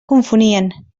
confonien